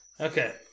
Okay